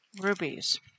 rubies